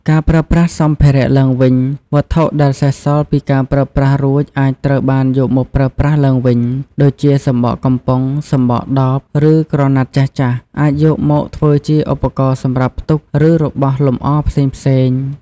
ការប្រើប្រាស់សម្ភារៈឡើងវិញ វត្ថុដែលសេសសល់ពីការប្រើប្រាស់រួចអាចត្រូវបានយកមកប្រើប្រាស់ឡើងវិញ ដូចជាសំបកកំប៉ុង សម្បកដប ឬក្រណាត់ចាស់ៗ អាចយកមកធ្វើជាឧបករណ៍សម្រាប់ផ្ទុក ឬរបស់លម្អផ្សេងៗ។